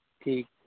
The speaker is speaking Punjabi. ਠੀਕ